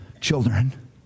children